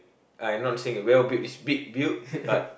I not saying a well build it's big build but